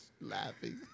laughing